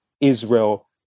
Israel